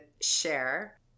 share